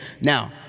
Now